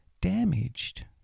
damaged